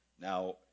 Now